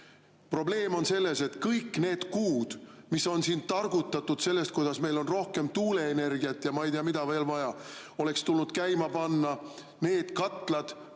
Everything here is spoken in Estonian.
Probleem on selles, et kõik need kuud, kui on siin targutatud sellest, kuidas meil on rohkem tuuleenergiat ja ma ei tea, mida veel vaja, oleks tulnud käima panna need katlad,